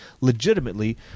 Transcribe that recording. legitimately